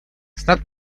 snad